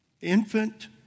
Infant